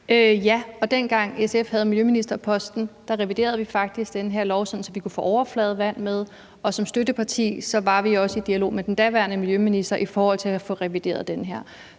Ja, og dengang SF havde miljøministerposten, reviderede vi faktisk den lov, sådan at vi kunne få overfladevand med, og som støtteparti var vi også i dialog med den daværende miljøminister i forhold til at få revideret det her.